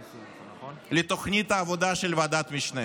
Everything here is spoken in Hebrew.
נכנס לתוכנית העבודה של ועדת המשנה.